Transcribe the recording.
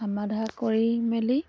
সমাধা কৰি মেলি